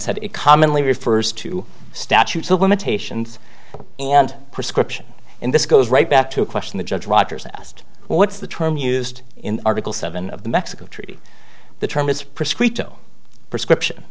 said it commonly refers to statutes of limitations and prescription and this goes right back to a question the judge rogers asked what's the term used in article seven of the mexico treaty the term is prescripti